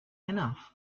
enough